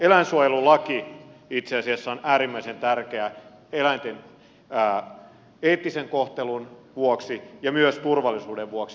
eläinsuojelulaki itse asiassa on äärimmäisen tärkeä eläinten eettisen kohtelun vuoksi ja myös turvallisuuden vuoksi